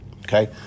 Okay